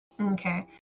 Okay